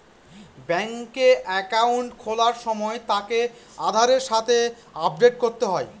ব্যাঙ্কে একাউন্ট খোলার সময় তাকে আধারের সাথে আপডেট করতে হয়